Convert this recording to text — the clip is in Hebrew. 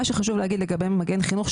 מה שחשוב להגיד לגבי מגן חינוך,